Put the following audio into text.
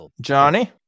Johnny